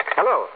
Hello